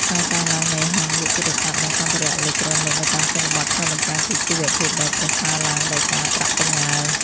ការកើនឡើងនៃហាងលក់ទូរស័ព្ទ និងសម្ភារៈអេឡិចត្រូនិកនៅតាមជនបទ ឆ្លុះបញ្ចាំងពីជីវភាពដែលប្រសើរឡើងដោយសារប្រាក់បញ្ញើ។